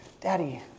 Daddy